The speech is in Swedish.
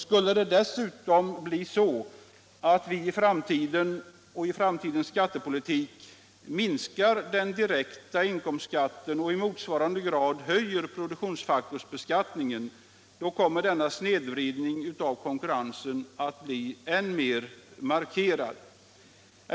Skulle det dessutom bli så att vi i den framtida skattepolitiken minskar den direkta inkomstskatten och i motsvarande grad höjer produktionsfaktorsbeskattningen, då kommer denna snedvridning av konkurrensen att bli än mer markerad.